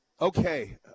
okay